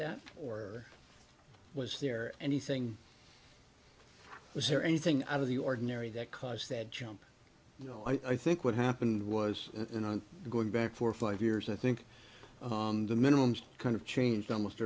that or was there anything was there anything out of the ordinary that caused that jump you know i think what happened was an on going back for five years i think on the minimums kind of changed almost